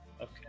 Okay